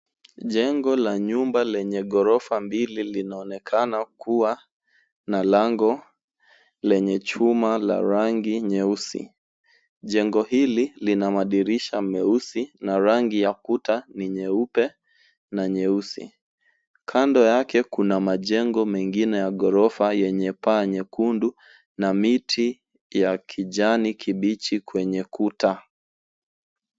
Jengo la nyumba lenye ghorofa mbili linaonekana kuwa na lango lenye chuma la rangi nyeusi. Jengo hili lina madirisha meusi na rangi ya kuta ni nyeupe na nyeusi, kando yake kuna majengo mengine ya ghorofa yenye paa nyekundu na miti ya kijani kibichi kwenye kuta.